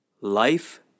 Life